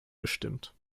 gestimmt